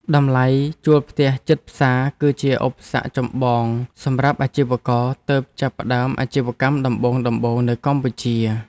តម្លៃជួលផ្ទះជិតផ្សារគឺជាឧបសគ្គចម្បងសម្រាប់អាជីវករទើបចាប់ផ្តើមអាជីវកម្មដំបូងៗនៅកម្ពុជា។